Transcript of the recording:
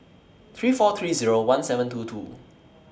three four three Zero one seven two two